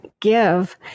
give